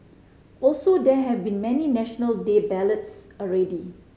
also there have been many National Day ballads already